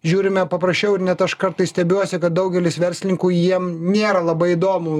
žiūrime paprasčiau ir net aš kartais stebiuosi kad daugelis verslininkų jiem nėra labai įdomu